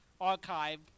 Archive